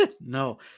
No